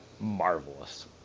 marvelous